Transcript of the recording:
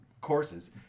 courses